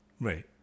Right